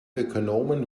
ökonomen